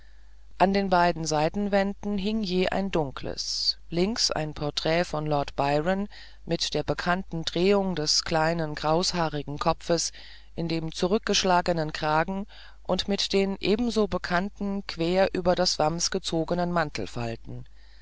an den beiden seitenwänden hing je ein dunkles links ein porträt von lord byron mit der bekannten drehung des kleinen kraushaarigen kopfes in dem zurückgeschlagenen kragen und mit den ebenso bekannten quer über das wams gezogenen